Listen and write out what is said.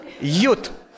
youth